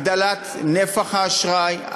הגדלת נפח האשראי,